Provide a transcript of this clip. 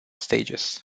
stages